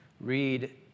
read